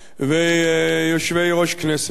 ויושבי-ראש הכנסת.